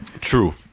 True